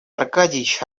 аркадьич